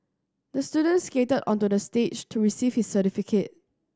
the student skated onto the stage to receive his certificate